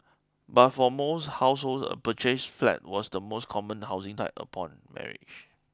but for most households a purchased flat was the most common housing type upon marriage